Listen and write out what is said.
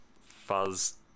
fuzz